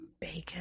bacon